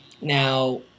Now